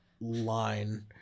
line